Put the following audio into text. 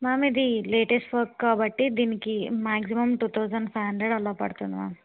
ma'am ఇది latest work కాబట్టి దీనికి maximum two thousand five hundred అలా పడుతుంది మ్యామ్